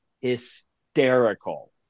hysterical